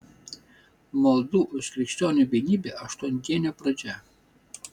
maldų už krikščionių vienybę aštuondienio pradžia